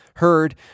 heard